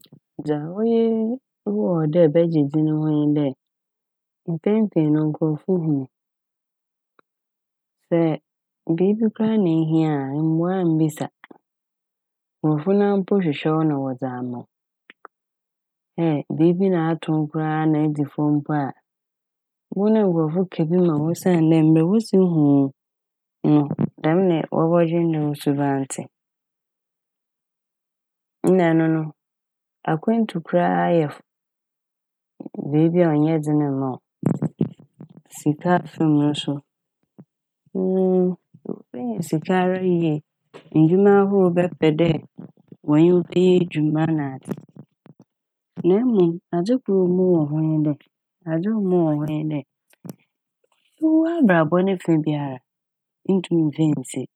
Dza oye wɔ dɛ ɛbɛgye dzin ho nye dɛ mpɛn pii no nkorɔfo hu wo. Sɛ biibi koraa a na ehia a mboa mbisa. Nkorɔfo na a mpo hwehwɛ wo na wɔdze ama wo. Dɛ biibi na ato wo koraa a na edzi fɔ mpo a bohu dɛ nkorɔfo ka bi ma wo osiandɛ mbrɛ wosi hu wo no dɛm na wɔbɔdwen dɛ wo suban tse. Nna ɛno no no akwantu koraa a yɛfo. Beebi a ɔnnyɛ dzen mma wo sika afa m' so wobenya sika ara yie ndwuma ahorow bɛpɛ dɛ wɔnye me bɛyɛ edwuma nadze na mom adze kor a ɔwɔ mu wɔ ho nye dɛ adze a ɔwɔ mu wɔ ho nye dɛ ewo w'abrabɔ ne fa biara nntum mmfa nnsie,